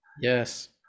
Yes